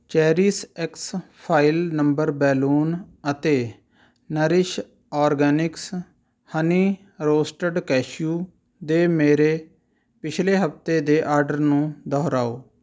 CherishX file number balloon ਅਤੇ Nourish Organics honey roasted cashew ਦੇ ਮੇਰੇ ਪਿਛਲੇ ਹਫਤੇ ਦੇ ਆਰਡਰ ਨੂੰ ਦੁਹਰਾਓ